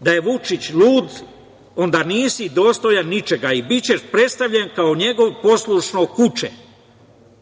da je Vučić lud, onda nisi dostojan ničega i bićeš predstavljen kao njegovo poslušno kuče,